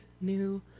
new